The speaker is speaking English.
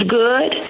good